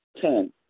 Ten